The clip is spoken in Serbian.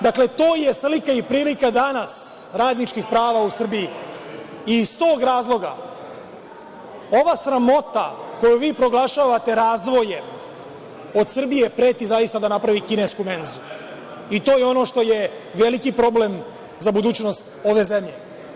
Dakle, to je slika i prilika da danas radničkih prava u Srbiji i iz tog razloga ova sramota koju vi proglašavate razvojem od Srbije preti zaista da napravi kinesku menzu, i to je ono što je veliki problem za budućnost ove zemlje.